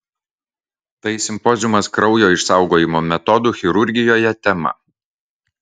tai simpoziumas kraujo išsaugojimo metodų chirurgijoje tema